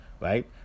right